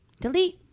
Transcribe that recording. Delete